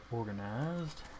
organized